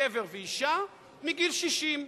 גבר ואשה, מגיל 60,